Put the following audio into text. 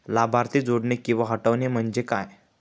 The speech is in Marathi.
लाभार्थी जोडणे किंवा हटवणे, म्हणजे काय?